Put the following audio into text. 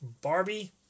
Barbie